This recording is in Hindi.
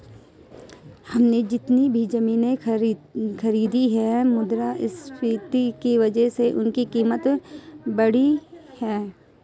हमने जितनी भी जमीनें खरीदी हैं मुद्रास्फीति की वजह से उनकी कीमत बढ़ी है